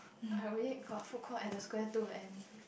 I already got food court at the Square Two and